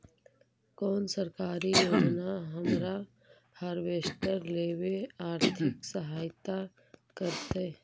कोन सरकारी योजना हमरा हार्वेस्टर लेवे आर्थिक सहायता करतै?